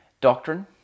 doctrine